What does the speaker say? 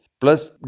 plus